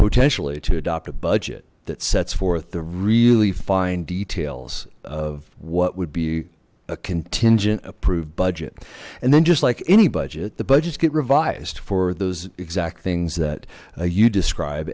potentially to adopt a budget that sets forth the really fine details of what would be a contingent approved budget and then just like any budget the budgets get revised for those exact things that you describe